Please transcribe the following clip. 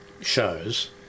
shows